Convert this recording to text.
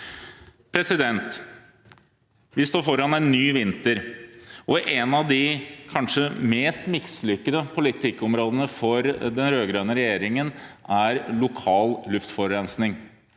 Vi står foran en ny vinter, og et av de kanskje mest mislykkede politikkområdene for den rød-grønne regjeringen er lokal luftforurensning.